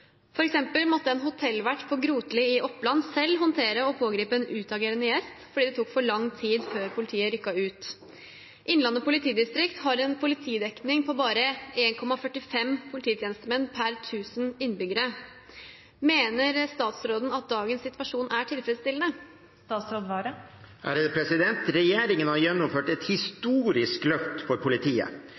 måtte en hotellvert på Grotli i Oppland selv håndtere og pågripe en utagerende gjest fordi det tok for lang tid før politiet rykket ut. Innlandet politidistrikt har en politidekning på bare 1,45 pr. 1 000 innbyggere. Mener statsråden at dagens situasjon er tilfredsstillende?» Regjeringen har gjennomført et historisk løft for politiet.